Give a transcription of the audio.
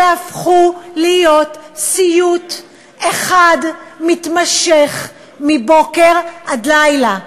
שהפכו להיות סיוט אחד מתמשך מבוקר עד לילה?